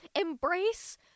embrace